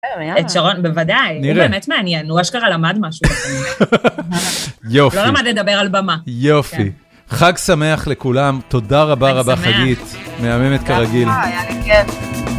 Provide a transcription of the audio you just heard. את שרון, בוודאי, הוא באמת מעניין, הוא אשכרה למד משהו. יופי. הוא לא למד לדבר על במה. יופי. חג שמח לכולם, תודה רבה רבה חגית, מהממת כרגיל. היה לי כיף.